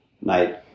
night